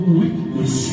weakness